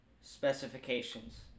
specifications